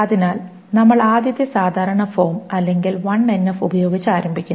അതിനാൽ നമ്മൾ ആദ്യത്തെ സാധാരണ ഫോം അല്ലെങ്കിൽ 1NF ഉപയോഗിച്ച് ആരംഭിക്കുന്നു